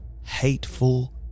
hateful